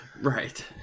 Right